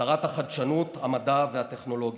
שרת החדשנות, המדע והטכנולוגיה,